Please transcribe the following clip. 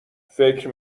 فکر